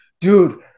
dude